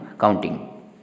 counting